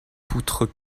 poutres